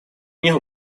них